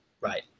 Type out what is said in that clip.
Right